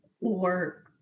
work